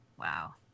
Wow